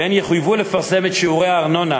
והן יחויבו לפרסם את שיעורי הארנונה